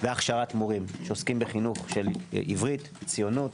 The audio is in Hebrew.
ומורים שעוסקים בחינוך עברית, ציונות,